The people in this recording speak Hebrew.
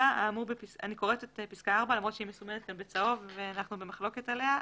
אני קוראת את פסקה (4) למרות שהוא מסומנת בצהוב ואנחנו במחלוקת עליה.